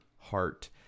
heart